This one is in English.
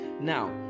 now